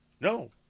No